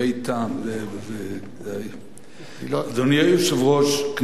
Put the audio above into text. אדוני היושב-ראש, כנסת נכבדה,